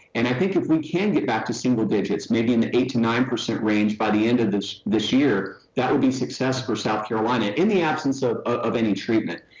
and i think if we can get back to single digits maybe in the eight to nine percent range by the end of this this year, that would be success for south carolina, in the absence of of any treatment.